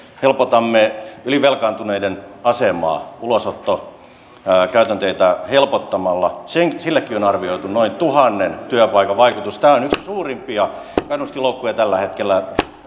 helpotamme ylivelkaantuneiden asemaa ulosottokäytänteitä helpottamalla sillekin on arvioitu noin tuhannen työpaikan vaikutus tämä ylivelkaantuneisuus on yksi suurimpia kannustinloukkuja tällä hetkellä